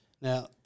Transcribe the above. Now